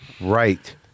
Right